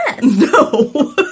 No